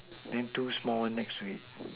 then two small one next to it